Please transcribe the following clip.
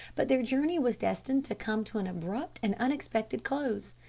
but their journey was destined to come to an abrupt and unexpected close.